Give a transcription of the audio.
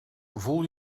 voel